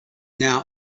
now